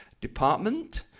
Department